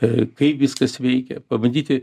a kaip viskas veikia pabandyti